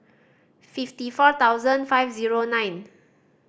fifty four thousand five zero nine